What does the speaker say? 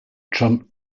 trump